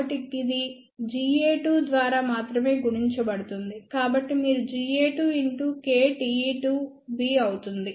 కాబట్టి ఇది Ga2 ద్వారా మాత్రమే గుణించబడుతుంది కాబట్టి మీరు Ga2 kTe2B అవుతుంది